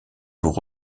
pour